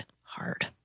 hard